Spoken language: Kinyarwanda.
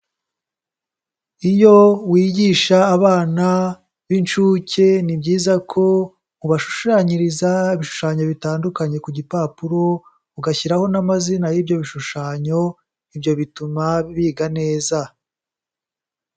Iyo wigisha abana b'incuke, ni byiza ko ubashushanyiriza ibishushanyo bitandukanye ku gipapuro, ugashyiraho n'amazina y'ibyo bishushanyo, ibyo bituma biga neza.